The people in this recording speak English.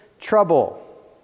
trouble